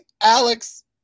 Alex